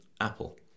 Apple